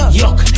yuck